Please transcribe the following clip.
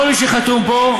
כל מי שחתום פה,